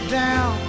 down